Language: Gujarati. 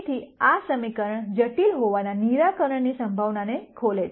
તેથી આ આ સમીકરણ જટિલ હોવાના નિરાકરણની સંભાવનાને ખોલે છે